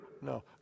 No